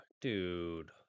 dude